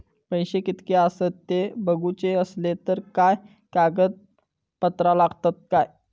पैशे कीतके आसत ते बघुचे असले तर काय कागद पत्रा लागतात काय?